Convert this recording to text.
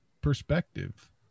perspective